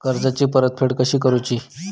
कर्जाची परतफेड कशी करूची?